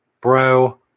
bro